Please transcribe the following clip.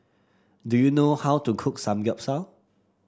do you know how to cook Samgyeopsal